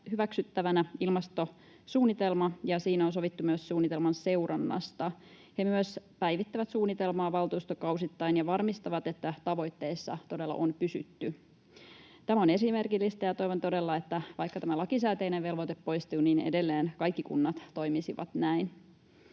hyväksyttävänä ilmastosuunnitelma, ja siinä on sovittu myös suunnitelman seurannasta. He myös päivittävät suunnitelmaa valtuustokausittain ja varmistavat, että tavoitteissa todella on pysytty. Tämä on esimerkillistä, ja toivon todella, että vaikka tämä lakisääteinen velvoite poistuu, niin edelleen kaikki kunnat toimisivat näin.